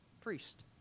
priest